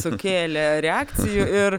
sukėlė reakcijų ir